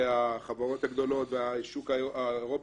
החברות הגדולות והשוק האירופאי,